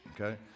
okay